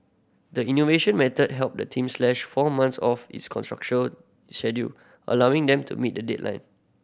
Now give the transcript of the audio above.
the innovation method helped the team slash four months off its constructure schedule allowing them to meet the deadline